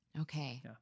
Okay